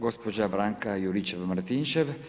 Gospođa Branka Juričev Martinčev.